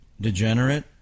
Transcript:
degenerate